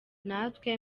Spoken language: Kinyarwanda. natwe